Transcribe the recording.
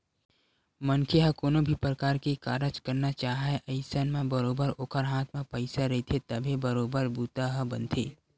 मनखे ह कोनो भी परकार के कारज करना चाहय अइसन म बरोबर ओखर हाथ म पइसा रहिथे तभे बरोबर बूता ह बनथे